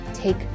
Take